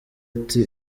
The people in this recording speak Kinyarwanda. ati